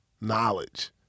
knowledge